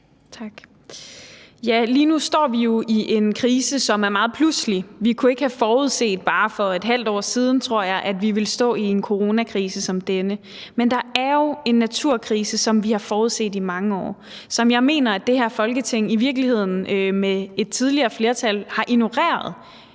Ja, lige nu står vi jo i en krise, som er meget pludselig. Vi kunne ikke have forudset for bare et halvt år siden – tror jeg – at vi ville stå i en coronakrise som denne. Men der er jo en naturkrise, som vi har forudset i mange år, og som jeg i virkeligheden mener at det her Folketing med et tidligere flertal i høj grad har ignoreret.